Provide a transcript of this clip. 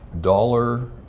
dollar